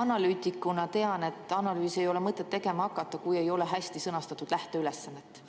Analüütikuna tean, et analüüsi ei ole mõtet tegema hakata, kui ei ole hästi sõnastatud lähteülesannet.